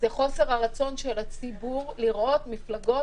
חוסר הרצון של הציבור לראות מפלגות